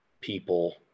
people